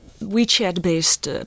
WeChat-based